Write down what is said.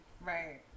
Right